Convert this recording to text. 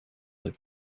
the